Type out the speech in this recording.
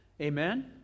amen